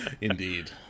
Indeed